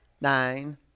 nine